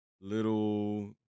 little